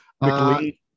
McLean